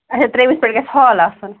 اچھا ترٛیٚمِس پیٚٹھ گَژھِ ہال آسُن